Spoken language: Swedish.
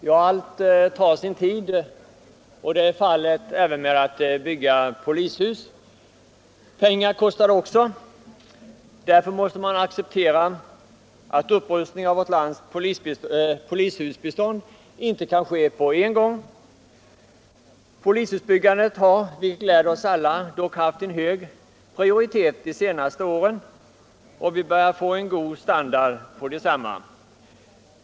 Fru talman! Allting tar sin tid — även att bygga polishus. Pengar kostar det också. Därför måste man acceptera att upprustningen av vårt lands polishusbestånd inte kan ske på en gång. Polishusbyggandet har — vilket gläder oss alla — dock haft en hög prioritet de senaste åren, och vi börjar få en god standard på polishusen.